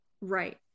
Right